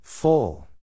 Full